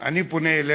אני פונה אליכם: